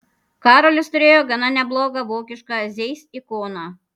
karolis turėjo gana neblogą vokišką zeiss ikoną